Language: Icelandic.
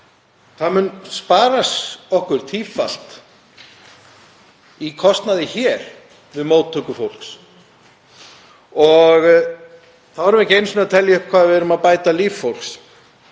muni spara okkur tífalt í kostnaði hér við móttöku fólks og þá erum við ekki einu sinni að telja upp hvað við erum að bæta líf fólks.